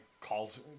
calls